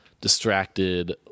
distracted